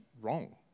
wrong